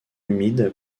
humide